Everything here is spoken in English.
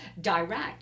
direct